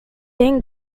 then